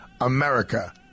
America